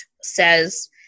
says